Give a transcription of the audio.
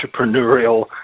entrepreneurial